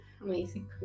Amazing